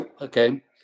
Okay